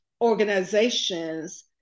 organizations